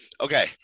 okay